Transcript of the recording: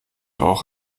auch